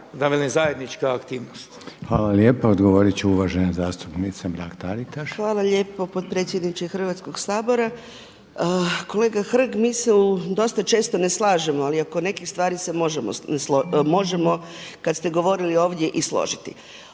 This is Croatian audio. Hvala lijepa. Odgovorit će uvažena zastupnica Mrak-Taritaš. **Mrak-Taritaš, Anka (HNS)** Hvala lijepo potpredsjedniče Hrvatskog sabora. Kolega Hrg, mi se dosta često ne slažemo, ali oko nekih stvari se možemo složiti, kad ste govorili i ovdje i složiti.